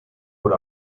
por